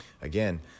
again